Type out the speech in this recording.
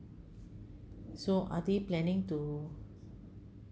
so are they planning to